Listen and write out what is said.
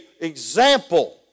example